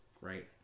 right